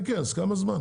כן, כמה זמן?